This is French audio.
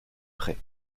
prêt